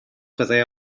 fyddai